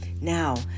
Now